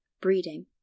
breeding